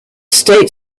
state